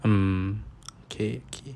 mm okay okay